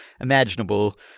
imaginable